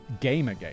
gamergate